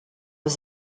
was